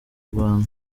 rwanda